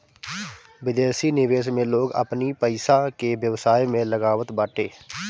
विदेशी निवेश में लोग अपनी पईसा के व्यवसाय में लगावत बाटे